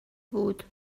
بود